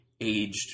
aged